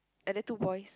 and they're two boys